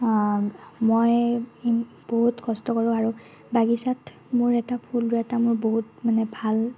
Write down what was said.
মই বহুত কষ্ট কৰোঁ আৰু বাগিচাত মোৰ এটা ফুল ৰোৱাতো মোৰ বহুত মানে ভাল